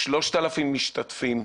3,000 משתתפים,